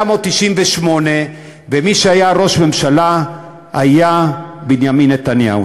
באוקטובר 1998, וראש הממשלה היה בנימין נתניהו.